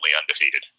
undefeated